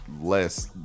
less